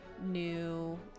new